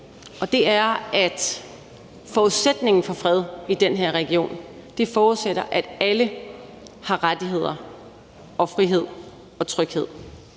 og det er, at forudsætningen for fred i den her region forudsætter, at alle har rettigheder og frihed og tryghed